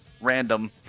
Random